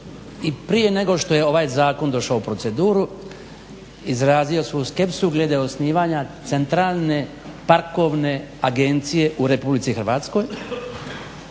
prije nego što je ovaj zakon došao u proceduru izrazio svoju skepsu glede osnivanja centralne parkovne agencije u RH jer razlog